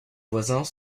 voisins